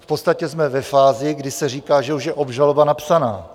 V podstatě jsme ve fázi, kdy se říká, že už je obžaloba napsaná.